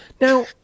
Now